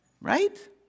Right